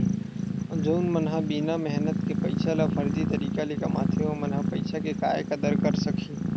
जउन मन ह बिना मेहनत के पइसा ल फरजी तरीका ले कमाथे ओमन ह पइसा के काय कदर करे सकही